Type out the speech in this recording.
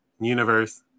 universe